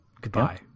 Goodbye